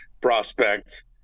prospect